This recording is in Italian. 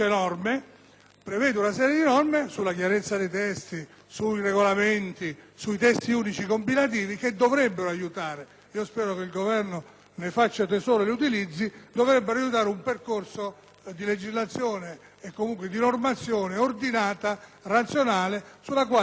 anche una serie di norme a regime sulla chiarezza dei testi, sui regolamenti, sui Testi unici compilativi, che dovrebbero aiutare - spero che il Governo ne faccia tesoro e le utilizzi - un percorso di legislazione e comunque di normazione ordinata e razionale, sulla quale poi